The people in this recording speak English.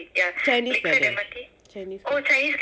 chinese garden chinses garden